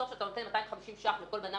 בסוף כשאתה נותן 250 שקלים לכל בן אדם